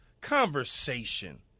conversation